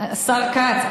השר כץ,